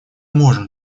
можем